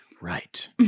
Right